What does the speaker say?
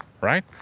right